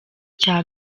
cya